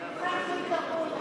זה מבחן תלוי-תרבות,